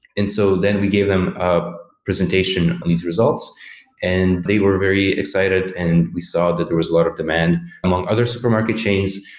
and so, then we gave them a presentation of these results and they were very excited and we saw that there was a lot of demand among other supermarket chains.